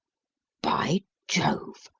by jove!